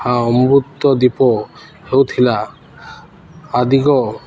ଆ ଅମୃତ ଦ୍ୱୀପ ହେଉଥିଲା ଆଦିକ